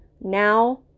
Now